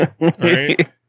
Right